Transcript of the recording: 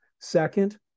second